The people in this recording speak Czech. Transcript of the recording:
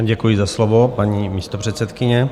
Děkuji za slovo, paní místopředsedkyně.